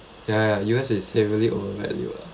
ya U_S is heavily overvalued